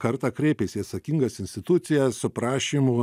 kartą kreipėsi į atsakingas institucijas su prašymu